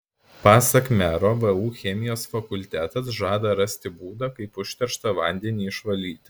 pasak mero vu chemijos fakultetas žada rasti būdą kaip užterštą vandenį išvalyti